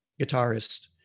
guitarist